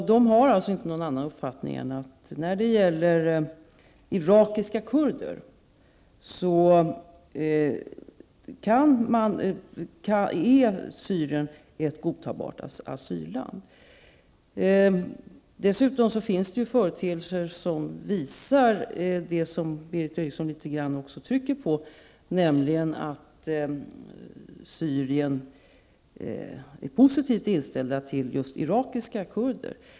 UNHCR har alltså inte någon annan uppfattning än att Syrien för irakiska kurder är ett godtagbart asylland. Dessutom finns företeelser som visar det som Berith Eriksson litet grand också trycker på, nämligen att man i Syrien är positivt inställd till just irakiska kurder.